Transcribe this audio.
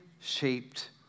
shaped